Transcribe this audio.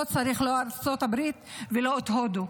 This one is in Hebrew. לא צריך, לא את ארצות הברית ולא את הודו.